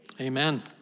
Amen